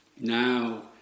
Now